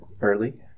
early